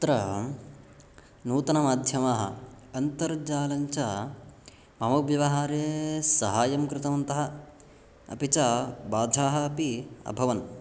अत्र नूतनमाध्यमाः अन्तर्जालञ्च मम व्यवहारे साहाय्यं कृतवन्तः अपि च बाधाः अपि अभवन्